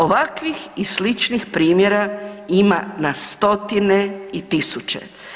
Ovakvih i sličnih primjera ima na stotine i tisuće.